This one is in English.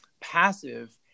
passive